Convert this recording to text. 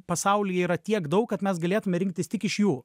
pasaulyje yra tiek daug kad mes galėtume rinktis tik iš jų